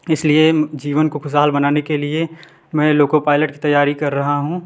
इसलिए जीवन को खुशहाल बनने के लिए मैं लोको पाइलट की तैयारी कर रहा हूँ